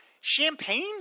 champagne